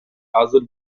азыр